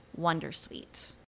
Wondersuite